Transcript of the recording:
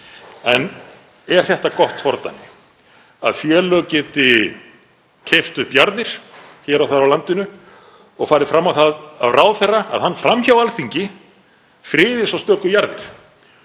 En er það gott fordæmi að félög geti keypt upp jarðir hér og þar á landinu og farið fram á það af ráðherra að hann, fram hjá Alþingi, friði svo stöku jarðir